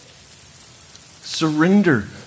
Surrender